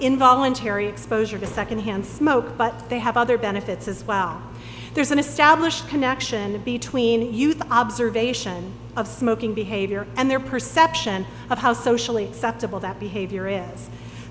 involuntary exposure to second hand smoke but they have other benefits as well there's an established connection between youth observation of smoking behavior and their perception of how socially acceptable that behavior is